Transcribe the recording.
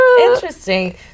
Interesting